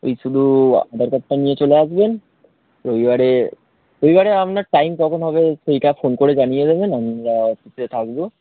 ওই শুধু আধার কার্ডটা নিয়ে চলে আসবেন রবিবারে রবিবারে আপনার টাইম কখন হবে সেইটা ফোন করে জানিয়ে দেবেন আমরা থাকবো